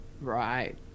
Right